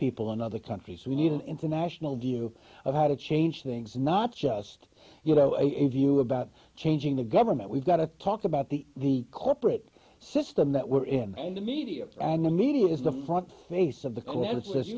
people in other countries we need an international view of how to change things not just you know a view about changing the government we've got to talk about the the corporate system that we're in and the media and the media is the front face of the